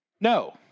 no